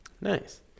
nice